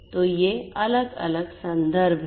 तो ये अलग अलग संदर्भ हैं